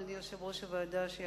אדוני יושב-ראש הוועדה,